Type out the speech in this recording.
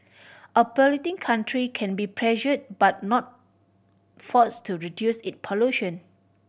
a polluting country can be pressured but not forced to reduce it pollution